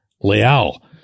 Leal